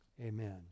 amen